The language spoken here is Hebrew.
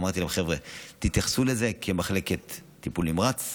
אמרתי להם: חבר'ה, תתייחסו לזה כמחלקת טיפול נמרץ,